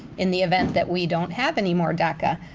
in the event that we don't have anymore daca.